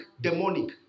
Demonic